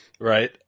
Right